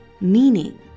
meaning